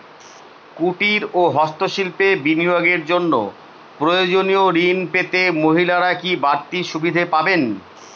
কুটীর ও হস্ত শিল্পে বিনিয়োগের জন্য প্রয়োজনীয় ঋণ পেতে মহিলারা কি বাড়তি সুবিধে পাবেন?